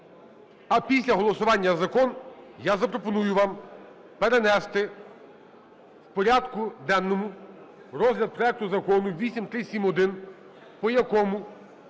а після голосування закону я запропоную вам перенести в порядку денному розгляд проекту закону 8371, в якому